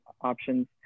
options